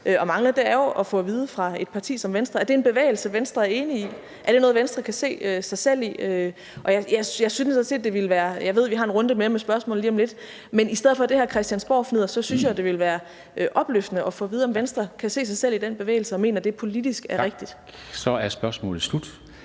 og mangler, er jo at få at vide fra et parti som Venstre, om det er en bevægelse, Venstre er enig i. Er det noget, Venstre kan se sig selv i? Jeg synes også lidt – jeg ved, vi har en runde mere med spørgsmål lige om lidt – at det i stedet for det her Christiansborgfnidder ville være opløftende at få at vide, om Venstre kan se sig selv i den bevægelse og mener, at det politisk er rigtigt. Kl.